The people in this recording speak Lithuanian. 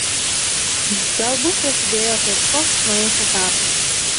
galbūt prasidėjo kažkoks naujas etapas